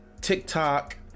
TikTok